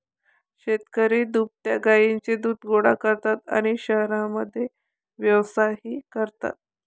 शेतकरी दुभत्या गायींचे दूध गोळा करतात आणि शहरांमध्ये व्यवसायही करतात